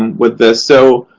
with this. so,